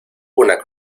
una